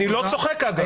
ואני לא צוחק, אגב.